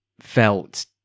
felt